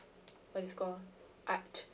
what is this called art